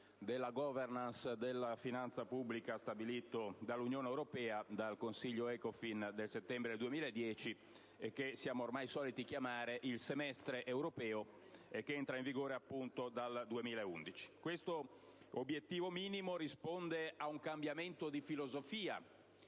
della *governance* della finanza pubblica stabilito dall'Unione europea, dal Consiglio ECOFIN del settembre 2010, che siamo ormai soliti chiamare il semestre europeo, che entra in vigore dal 2011. Questo obiettivo minimo risponde a un cambiamento di filosofia